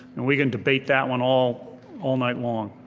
and we can debate that one all all night long.